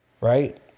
right